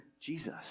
Jesus